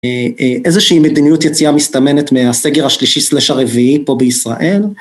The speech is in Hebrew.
איזושהי מדיניות יציאה מסתמנת מהסגר השלישי סלש הרביעי פה בישראל.